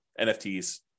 NFTs